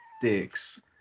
dicks